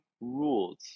rules